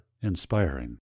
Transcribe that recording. inspiring